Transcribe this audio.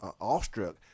awestruck